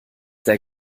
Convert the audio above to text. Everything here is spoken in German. der